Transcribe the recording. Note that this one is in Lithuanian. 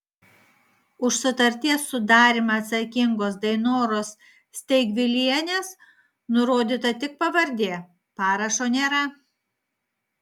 už sutarties sudarymą atsakingos dainoros steigvilienės nurodyta tik pavardė parašo nėra